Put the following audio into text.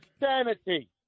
insanity